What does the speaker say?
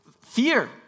fear